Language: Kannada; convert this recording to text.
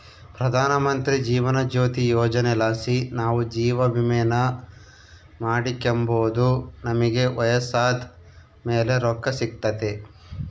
ಪ್ರಧಾನಮಂತ್ರಿ ಜೀವನ ಜ್ಯೋತಿ ಯೋಜನೆಲಾಸಿ ನಾವು ಜೀವವಿಮೇನ ಮಾಡಿಕೆಂಬೋದು ನಮಿಗೆ ವಯಸ್ಸಾದ್ ಮೇಲೆ ರೊಕ್ಕ ಸಿಗ್ತತೆ